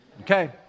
Okay